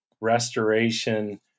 restoration